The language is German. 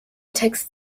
text